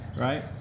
right